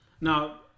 Now